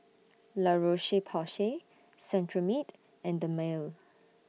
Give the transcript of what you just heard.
La Roche Porsay Cetrimide and Dermale